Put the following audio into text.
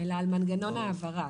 אלא על מנגנון ההעברה,